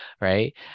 right